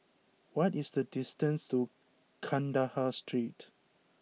what is the distance to Kandahar Street